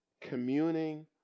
communing